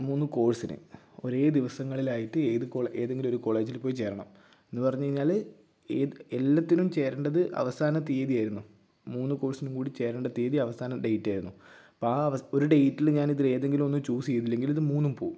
മൂന്ന് കോഴ്സിന് ഒരേ ദിവസങ്ങളിലായിട്ട് ഏത് കോള് ഏതെങ്കിലൊരു കോളേജില് പോയി ചേരണം എന്ന് പറഞ്ഞ് കഴിഞ്ഞാല് ഏ എല്ലാത്തിനും ചേരണ്ടത് അവസാന തീയതി ആയിരുന്നു മൂന്നു കോഴ്സിനും കൂടി ചേരേണ്ട തീയതി അവസാന ഡെയ്റ്റ് ആയിരുന്നു അപ്പം ആ ആവസ് ഒരു ഡെയ്റ്റില് ഞാൻ ഇതില് ഏതെങ്കിലുമൊന്ന് ചൂസ് ചെയ്തില്ലെങ്കില് ഇത് മൂന്നും പോകും